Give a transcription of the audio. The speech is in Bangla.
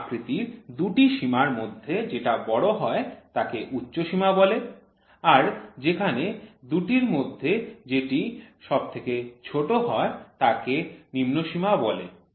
কোন আকৃতির দুটি সীমার মধ্যে যেটা বড় হয় তাকে উচ্চসীমা বলে আর যেখানে দুটির মধ্যে যেটি সব থেকে ছোট হয় তাকে নিম্নসীমা বলে